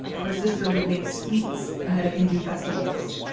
her sister would make sweets ahead of hindu festivals,